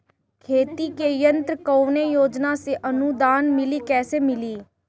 खेती के यंत्र कवने योजना से अनुदान मिली कैसे मिली?